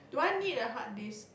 do I need a hard disk